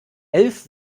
elf